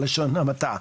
בלשון המעטה.